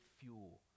fuel